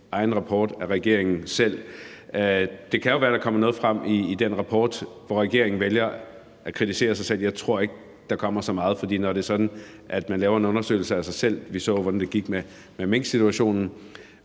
egen rapport. Det kan jo være, der kommer noget frem i den rapport, hvor regeringen vælger at kritisere sig selv, men jeg tror ikke, der kommer så meget, for vi så jo, hvordan det gik, da man lavede en undersøgelse af sig selv i forbindelse med minksituationen.